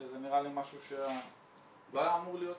שזה נראה לי משהו שלא היה אמור להיות